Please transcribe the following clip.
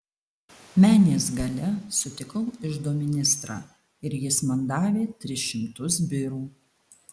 menės gale sutikau iždo ministrą ir jis man davė tris šimtus birų